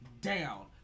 down